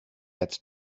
had